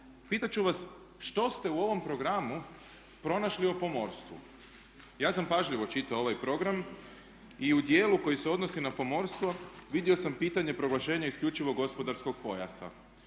Pitat ću vas što ste u ovom programu pronašli o pomorstvu? Ja sam pažljivo čitao ovaj program i u dijelu koji se odnosi na pomorstvo vidio sam pitanje proglašenja isključivo gospodarskog pojasa.